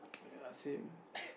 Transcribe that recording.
ya same